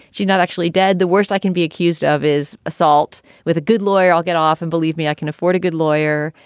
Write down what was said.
she's not actually dead. the worst i can be accused of is assault with a good lawyer. i'll get off and believe me, i can afford a good lawyer.